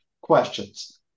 questions